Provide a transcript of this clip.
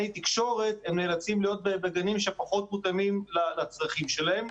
תקשורת הם נאלצים להיות בגנים פחות מותאמים לצרכים שלהם.